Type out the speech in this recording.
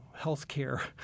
healthcare